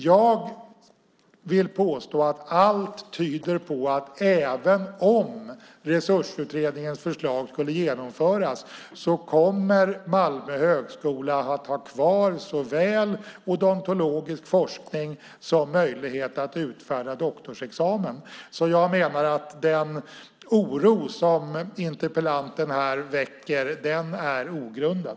Jag vill påstå att allt tyder på att även om Resursutredningens förslag kommer att genomföras kommer Malmö högskola att ha kvar såväl odontologisk forskning som möjlighet att utfärda doktorsexamen. Jag menar att den oro som interpellanten här väcker är ogrundad.